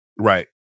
right